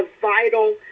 vital